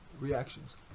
reactions